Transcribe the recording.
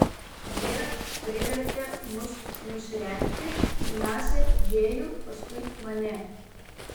jie privertė mus nusirengti pirmiausia džėjų paskui mane